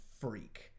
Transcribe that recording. freak